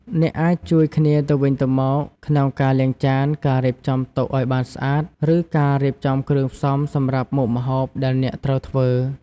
អ្នកអាចជួយគ្នាទៅវិញទៅមកក្នុងការលាងចាន ការរៀបចំតុឱ្យបានស្អាត ឬការរៀបចំគ្រឿងផ្សំសម្រាប់មុខម្ហូបដែលអ្នកត្រូវធ្វើ។